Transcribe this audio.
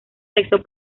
sexos